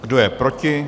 Kdo je proti?